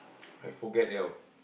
I forget liao